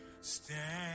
stand